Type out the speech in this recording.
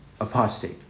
apostate